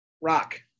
Rock